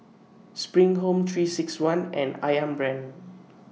SPRING Home three six one and Ayam Brand